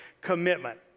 commitment